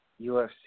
UFC